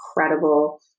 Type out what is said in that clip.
incredible